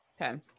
Okay